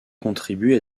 contribué